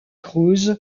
cruz